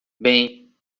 bem